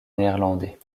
néerlandais